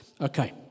Okay